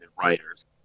writers